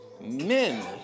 men